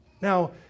Now